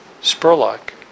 Spurlock